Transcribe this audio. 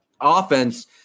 offense